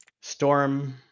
Storm